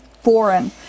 foreign